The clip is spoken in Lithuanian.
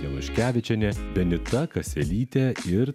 januškevičienė benita kaselytė ir